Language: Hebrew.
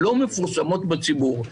לא מפורסמות בציבור.